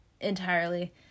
entirely